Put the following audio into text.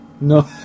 No